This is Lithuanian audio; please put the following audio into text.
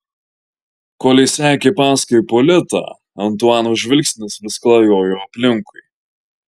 kol jis sekė paskui ipolitą antuano žvilgsnis vis klajojo aplinkui